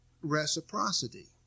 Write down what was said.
reciprocity